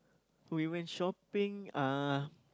we went shopping uh